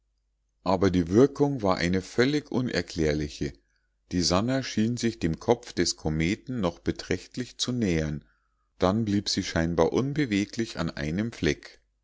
aber die wirkung war eine völlig unerklärliche die sannah schien sich dem kopf des kometen noch beträchtlich zu nähern dann blieb sie scheinbar unbeweglich an einem fleck